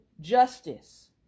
justice